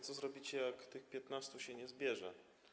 Co zrobicie, jak tych 15 się nie zbierze?